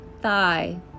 thigh